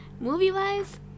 movie-wise